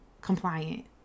compliant